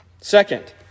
Second